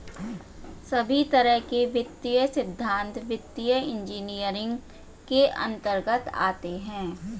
सभी तरह के वित्तीय सिद्धान्त वित्तीय इन्जीनियरिंग के अन्तर्गत आते हैं